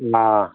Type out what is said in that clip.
ꯑꯪ